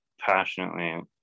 passionately